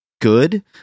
good